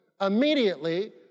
Immediately